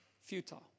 Futile